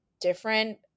different